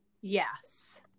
Yes